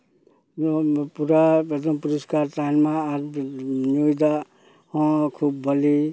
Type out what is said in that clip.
ᱱᱚᱣᱟ ᱯᱩᱨᱟᱹ ᱮᱠᱫᱚᱢ ᱯᱚᱨᱤᱥᱠᱟᱨ ᱛᱟᱦᱮᱱ ᱢᱟ ᱟᱨ ᱧᱩ ᱫᱟᱜ ᱦᱚᱸ ᱠᱷᱩᱵ ᱵᱷᱟᱞᱮ